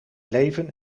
leven